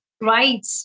right